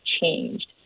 changed